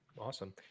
Awesome